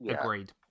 Agreed